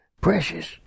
Precious